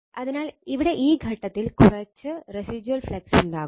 അതിനാൽ ഇവിടെ ഈ ഘട്ടത്തിൽ കുറച്ച് റെസിജ്വൽ ഫ്ലക്സ് ഉണ്ടാകും